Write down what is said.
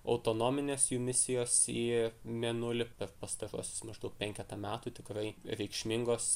autonominės jų misijos į mėnulį per pastaruosius maždaug penketą metų tikrai reikšmingos